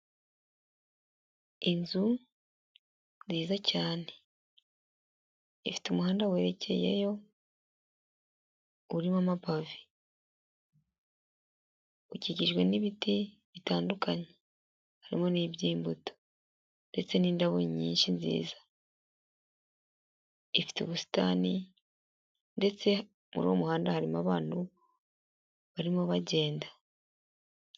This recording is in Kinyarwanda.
Inzu nziza cyane, ifite umuhanda werekeyeyo urimo amapave, ukikijwe n'ibiti bitandukanye harimo n'iby'imbuto ndetse n'indabo nyinshi nziza, ifite ubusitani ndetse muri uwo muhanda harimo abantu barimo bagenda.